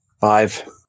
Five